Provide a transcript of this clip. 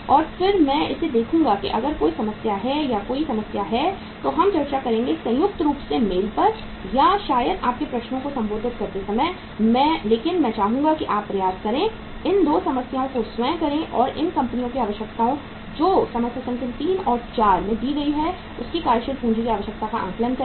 और फिर मैं इसे देखूंगा कि अगर कोई समस्या है या कोई समस्या है तो हम चर्चा करेंगे संयुक्त रूप से मेल पर या शायद आपके प्रश्नों को संबोधित करते समय लेकिन मैं चाहूंगा कि आप प्रयास करें इन 2 समस्याओं को स्वयं करें और इन कंपनियों की आवश्यकताएं जो समस्या संख्या 3 और 4 में दी गई हैं उनकी कार्यशील पूंजी की आवश्यकता का आकलन करें